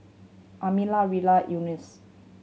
Amalia Rilla Eunice